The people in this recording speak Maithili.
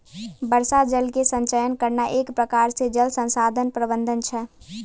वर्षा जल के संचयन करना एक प्रकार से जल संसाधन प्रबंधन छै